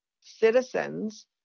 citizens